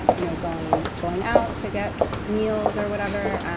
you know, going going out to get meals or whatever.